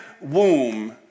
womb